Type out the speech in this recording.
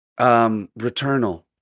Returnal